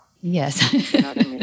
Yes